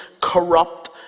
corrupt